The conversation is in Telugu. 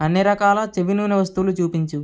అన్ని రకాల చెవి నూనె వస్తువులు చూపించు